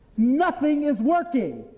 nothing is working.